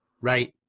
right